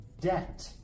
debt